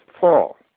fall